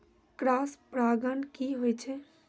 Cross परागण की होय छै?